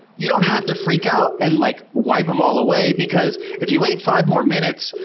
you don't have to freak out and like wipe them all away because if you wait five more minutes,